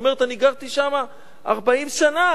היא אומרת: אני גרתי שם 40 שנה.